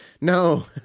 no